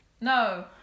No